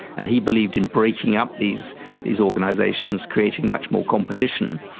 and he believed in breaking up these these organisations, creating much more competition.